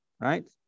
right